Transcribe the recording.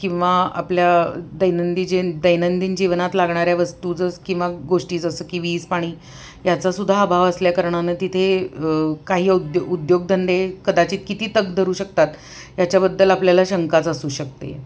किंवा आपल्या दैनंदी जे दैनंदिन जीवनात लागणाऱ्या वस्तू जस किंवा गोष्टी जसं की वीज पाणी याचासुद्धा अभाव असल्याकारणानं तिथे काही औद्यो उद्योगधंदे कदाचित किती तग धरू शकतात याच्याबद्दल आपल्याला शंकाच असू शकते